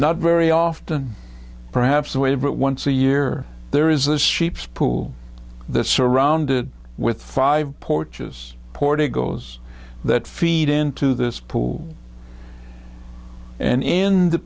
not very often perhaps away but once a year there is the sheep's pool the surrounded with five porches porticoes that feed into this pool and in the